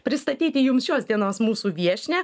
pristatyti jums šios dienos mūsų viešnią